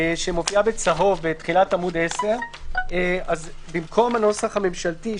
שמופיעה בצהוב בתחילת עמוד 10. במקום הנוסח הממשלתי,